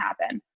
happen